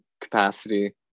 capacity